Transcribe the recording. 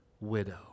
widow